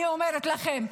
אני אומרת לכם,